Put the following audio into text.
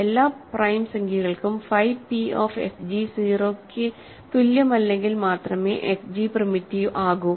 എല്ലാ പ്രൈം സംഖ്യകൾക്കും phi p of fg 0 ന് തുല്യമല്ലെങ്കിൽ മാത്രമേ fg പ്രിമിറ്റീവ് ആകൂ